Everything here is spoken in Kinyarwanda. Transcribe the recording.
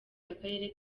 akarere